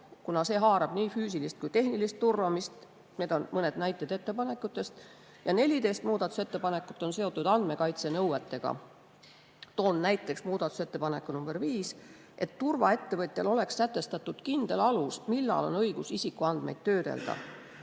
kuna see haarab nii füüsilist kui tehnilist turvamist. Need on mõned näited ettepanekutest. Kokku 14 muudatusettepanekut on seotud andmekaitsenõuetega. Toon näiteks muudatusettepaneku nr 5, et turvaettevõtjal oleks sätestatud kindel alus, millal on õigus isikuandmeid töödelda.